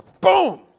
boom